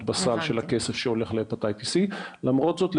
בסל של כסף שהולך להפטיטיס C. למרות זאת,